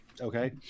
okay